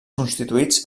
constituïts